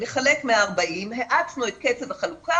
נחלק 140,000,האצנו את קצב החלוקה,